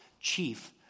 chief